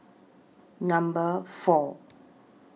Number four